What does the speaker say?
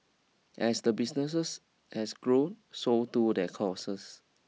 as the businesses has grown so too their costs